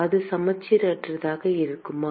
அது சமச்சீரற்றதாக இருக்குமா